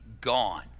gone